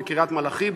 בקריית-מלאכי,